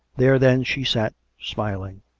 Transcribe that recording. there, then, she sat, smiling.